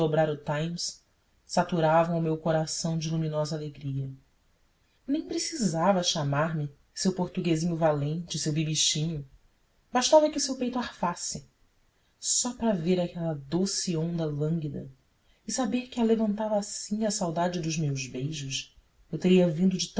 times saturava o meu coração de luminosa alegria nem precisava chamar-me seu portuguesinho valente seu bibichinho bastava que o seu peito arfasse só para ver aquela doce onda lânguida e saber que a levantava assim a saudade dos meus beijos eu teria vindo de